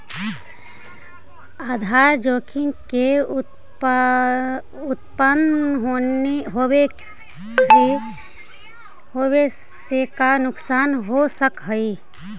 आधार जोखिम के उत्तपन होवे से का नुकसान हो सकऽ हई?